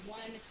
one